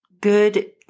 good